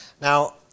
Now